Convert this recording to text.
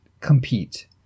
compete